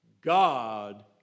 God